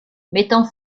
mettant